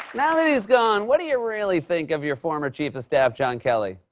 ah that he's gone, what do you really think of your former chief of staff, john kelly?